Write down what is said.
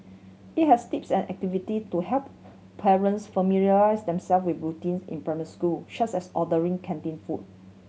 it has tips and activity to help parents familiarise themselves with routines in primary school such as ordering canteen food